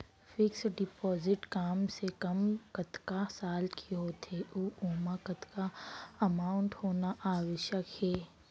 Fix deposit कम से कम कतका साल के होथे ऊ ओमा कतका अमाउंट होना आवश्यक हे?